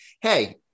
hey